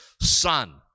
son